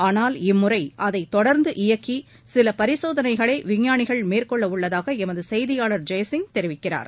ஆனால் இம்முறை அதைத் தொடர்ந்து இயக்கி சில பரிசோதனைகளை விஞ்ஞானிகள் மேற்கொள்ளவுள்ளதாக செய்தியாளர் ஜெயசிங் தெரிவித்திருக்கிறார்